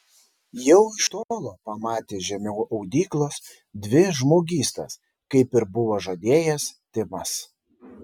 jau iš tolo pamatė žemiau audyklos dvi žmogystas kaip ir buvo žadėjęs timas